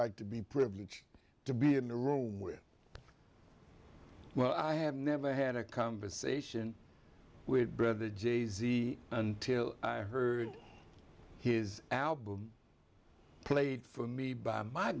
like to be privileged to be in a room with well i have never had a conversation with brother jay z until i heard his album played for me by my